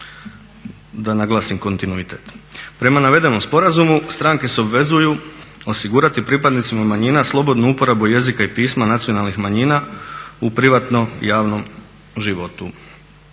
da naglasim kontinuitet. Prema navedenom sporazumu stranke se obvezuju osigurati pripadnicima manjina slobodnu uporabu jezika i pisma nacionalnih manjina u privatnom javnom životu.